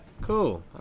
Cool